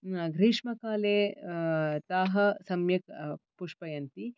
ग्रीष्मकाले ताः सम्यक् पुष्पयन्ति